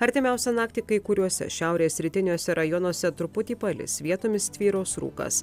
artimiausią naktį kai kuriuose šiaurės rytiniuose rajonuose truputį palis vietomis tvyros rūkas